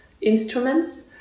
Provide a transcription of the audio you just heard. instruments